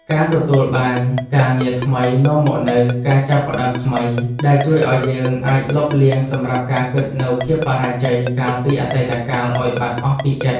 ការទទួលបានការងារថ្មីនាំមកនូវការចាប់ផ្ដើមថ្មីដែលជួយឱ្យយើងអាចលុបលាងសម្រាប់ការគិតនូវភាពបរាជ័យកាលពីអតីតកាលឱ្យបាត់អស់ពីចិត្ត។